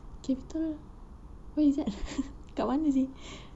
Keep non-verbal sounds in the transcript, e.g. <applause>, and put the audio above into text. capital where is that <laughs> dekat mana seh